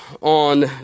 on